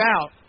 out